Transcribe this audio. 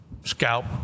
scalp